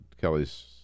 Kelly's